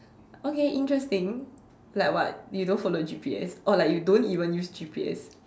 okay interesting like what you don't follow G_P_S or like you don't even use G_P_S